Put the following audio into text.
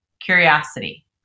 curiosity